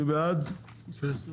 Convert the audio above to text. מי בעד ההסתייגויות?